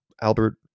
Albert